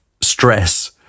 stress